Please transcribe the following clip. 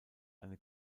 eine